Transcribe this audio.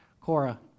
Cora